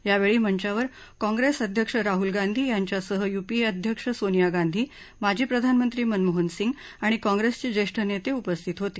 यावेळी मंचावर कॉंप्रेस अध्यक्ष राहुल गांधी यांच्यासह यूपीए अध्यक्ष सोनिया गांधी माजी प्रधानमंत्री मनमोहन सिंग आणि काँग्रेसचे ज्येष्ठ नेते उपस्थित होते